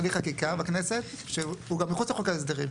הליך חקיקה בכנסת שהוא מחוץ לחוק ההסדרים.